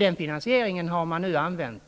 Den finansieringen har man nu använt,